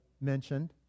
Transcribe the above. mentioned